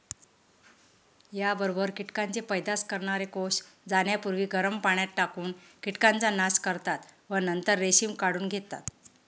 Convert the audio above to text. याबरोबर कीटकांचे पैदास करणारे कोष जाण्यापूर्वी गरम पाण्यात टाकून कीटकांचा नाश करतात व नंतर रेशीम काढून घेतात